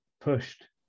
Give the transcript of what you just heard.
pushed